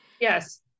Yes